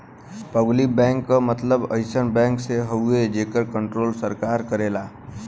public bank क मतलब अइसन बैंक से हउवे जेकर कण्ट्रोल सरकार करेला